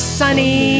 sunny